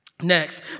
next